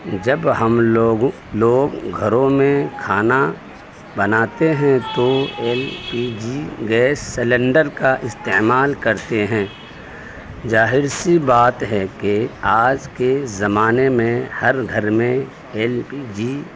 جب ہم لوگوں لوگ گھروں میں کھانا بناتے ہیں تو L P G gas cylinder کا استعمال کرتے ہیں ظاہر سی بات ہے کہ آج کے زمانے میں ہر گھر میں ایل پی جی